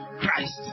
Christ